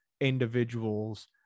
individuals